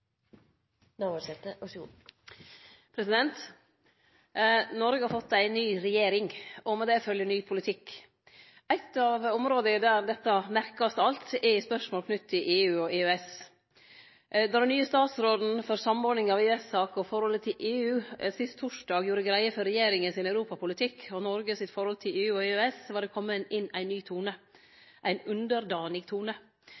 Noreg har fått ei ny regjering, og med det følgjer ny politikk. Eit av områda der dette alt merkast, er i spørsmål knytte til EU og EØS. Då den nye statsråden for samordning av EØS-saker og forholdet til EU sist torsdag gjorde greie for regjeringa sin europapolitikk og Noreg sitt forhold til EU og EØS, var det kome inn ein ny tone – ein underdanig tone.